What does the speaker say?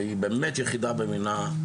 והיא באמת יחידה במינה,